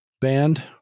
band